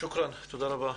תודה רבה,